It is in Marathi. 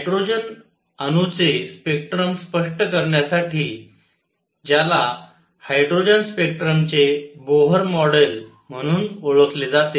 हायड्रोजन अणूचे स्पेक्ट्रम स्पष्ट करण्यासाठी ज्याला हायड्रोजन स्पेक्ट्रमचे बोहर मॉडेल म्हणून ओळखले जाते